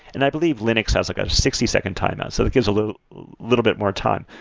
and i believe linux has like a sixty second timeout, so that gives a little little bit more time.